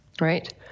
Right